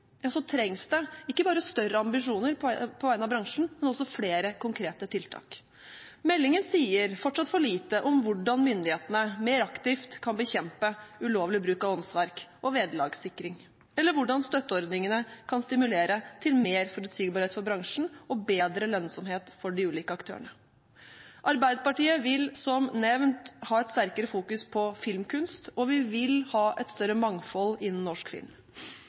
trengs det ikke bare større ambisjoner på vegne av bransjen, men også flere konkrete tiltak. Meldingen sier fortsatt for lite om hvordan myndighetene mer aktivt kan bekjempe ulovlig bruk av åndsverk og vederlagssikring, eller hvordan støtteordningene kan stimulere til mer forutsigbarhet for bransjen og bedre lønnsomhet for de ulike aktørene. Arbeiderpartiet vil som nevnt ha et sterkere fokus på filmkunst, og vi vil ha et større mangfold innen norsk film.